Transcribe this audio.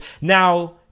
Now